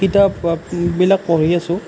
কিতাপবিলাক পঢ়ি আছোঁ